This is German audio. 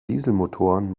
dieselmotoren